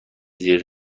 زیر